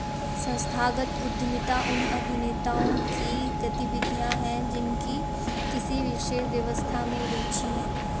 संस्थागत उद्यमिता उन अभिनेताओं की गतिविधियाँ हैं जिनकी किसी विशेष व्यवस्था में रुचि है